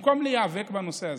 במקום להיאבק בנושא הזה,